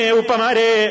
upamare